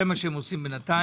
זה מה שהם עושים בנתיים.